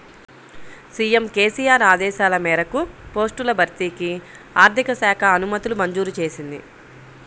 CM KCR ఆదేశాల మేరకు పోస్టుల భర్తీకి ఆర్థిక శాఖ అనుమతులు మంజూరు చేసింది